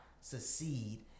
succeed